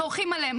צורחים עליהם,